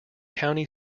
county